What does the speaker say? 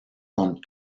con